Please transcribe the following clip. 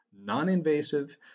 non-invasive